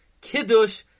Kiddush